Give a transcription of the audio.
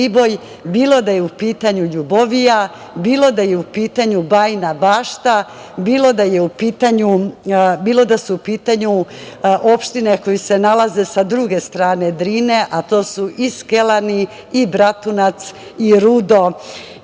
bilo da je u pitanju Ljubovija, bilo da je u pitanju Bajina Bašta, bilo da su u pitanju opštine koje se nalaze sa druge strane Drine, a to su i Skelani, i Bratunac, i Rudo